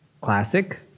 Classic